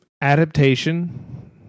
adaptation